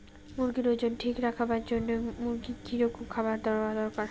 মুরগির ওজন ঠিক রাখবার জইন্যে মূর্গিক কি রকম খাবার দেওয়া দরকার?